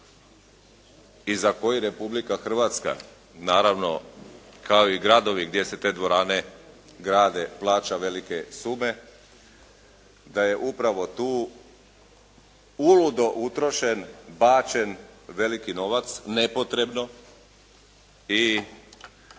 i za koji Republika Hrvatska naravno kao i gradovi gdje se te dvorane grade plaća velike sume, da je upravo tu uludo utrošen, bačen veliki novac nepotrebno i